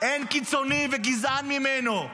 אין קיצוני וגזען ממנו,